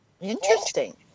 Interesting